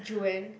Juanne